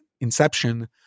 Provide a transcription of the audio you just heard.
inception